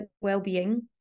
well-being